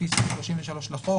לפי סעיף 33 לחוק,